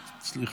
סליחה.